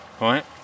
right